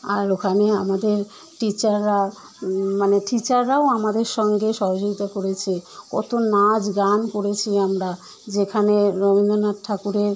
আর ওখানে আমাদের টিচাররা মানে টিচাররাও আমাদের সঙ্গে সহযোগিতা করেছে কতো নাচ গান করেছি আমরা যেখানে রবীন্দ্রনাথ ঠাকুরের